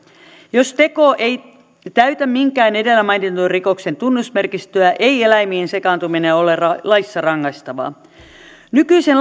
jos teko ei täytä minkään edellä mainitun rikoksen tunnusmerkistöä ei eläimiin sekaantuminen ole laissa rangaistavaa nykyisen